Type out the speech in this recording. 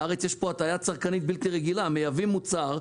בארץ יש פה הטיה צרכנית בלתי רגילה מייבאים מוצר,